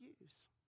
use